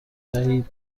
دهید